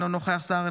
אינו נוכח גדעון סער,